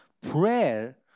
Prayer